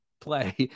play